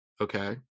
Okay